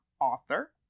author